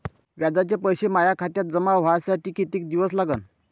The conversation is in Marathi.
व्याजाचे पैसे माया खात्यात जमा व्हासाठी कितीक दिवस लागन?